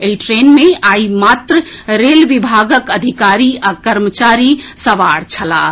एहि ट्रेन मे आई मात्र रेल विभागक अधिकारी आ कर्मचारी सवार छलाह